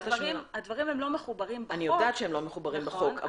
הדברים לא מחוברים בחוק --- אני יודעת שהם לא מחוברים בחוק,